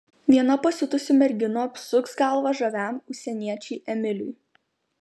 viena pasiutusių merginų apsuks galvą žaviam užsieniečiui emiliui